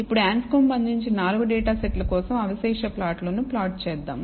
ఇప్పుడు Anscombe అందించిన 4 data సెట్ల కోసం అవశేష ప్లాట్ను ప్లాట్ చేద్దాం